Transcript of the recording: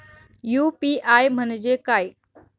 UPI म्हणजे काय?